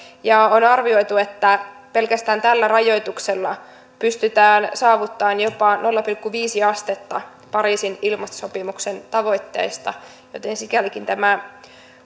on arvioitu että pelkästään tällä rajoituksella pystytään saavuttamaan jopa nolla pilkku viisi astetta pariisin ilmastosopimuksen tavoitteista joten sikälikin tämä